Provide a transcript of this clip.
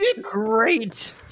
great